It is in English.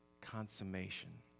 consummation